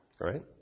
Right